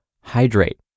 hydrate